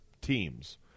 teams